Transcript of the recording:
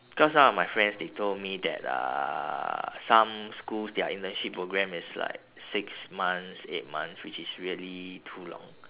cause some of my friends they told me that uh some schools their internship program is like six months eight months which is really too long